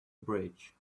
bridge